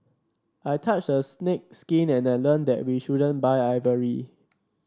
I touched a snake's skin and I learned that we shouldn't buy ivory